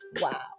Wow